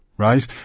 Right